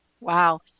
Wow